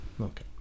Okay